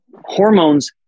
Hormones